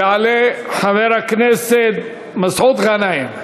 יעלה חבר הכנסת מסעוד גנאים,